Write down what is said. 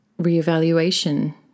reevaluation